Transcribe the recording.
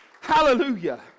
hallelujah